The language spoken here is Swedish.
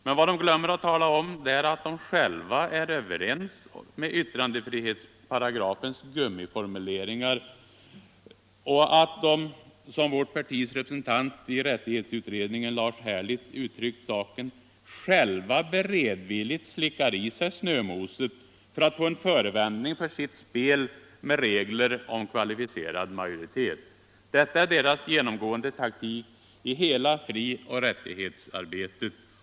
Men vad de glömmer att tala om är att de själva är överens när det gäller yttrandefrihetsparagrafens gummiformuleringar och att de — som vårt partis representant i rättighetsutredningen, Lars Herlitz, uttryckt saken — själva beredvilligt slickar i sig snömoset för att få en förevändning för sitt spel med regler om kvalificerad majoritet. Detta är deras genomgående taktik i hela frioch rättighetsarbetet.